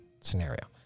scenario